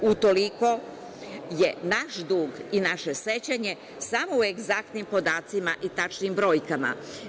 Utoliko je naš dug i naše sećanje samo u egzaktnim podacima i tačnim brojkama.